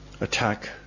attack